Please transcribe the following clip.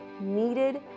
needed